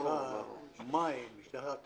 עבור מים, עבור טלפון,